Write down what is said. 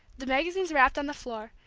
the magazines rapped on the floor,